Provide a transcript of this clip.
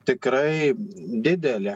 tikrai didelė